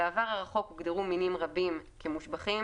בעבר הרחוק הוגדרו מינים רבים כמושבחים